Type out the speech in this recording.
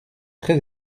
très